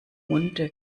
monde